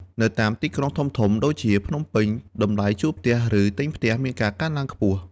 នៅតាមទីក្រុងធំៗ ដូចជាភ្នំពេញ តម្លៃជួលផ្ទះ ឬទិញផ្ទះមានការកើនឡើងខ្ពស់។